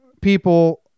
people